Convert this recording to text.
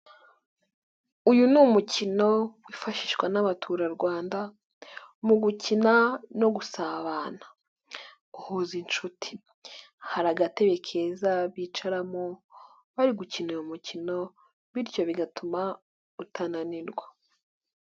Uyu ni umukino wifashishwa n'abaturarwanda, mu gukina no gusabana. Uhuza inshuti, hari agatebe keza bicaramo bari gukina uyu mukino bityo bigatuma utananirwa.